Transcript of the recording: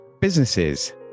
Businesses